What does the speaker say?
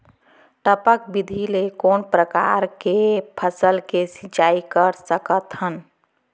टपक विधि ले कोन परकार के फसल के सिंचाई कर सकत हन?